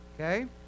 Okay